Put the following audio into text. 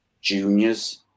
juniors